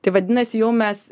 tai vadinasi jau mes